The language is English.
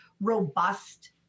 robust